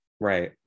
right